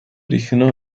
originó